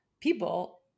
people